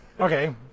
Okay